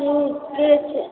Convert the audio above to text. ठीक ठीक छै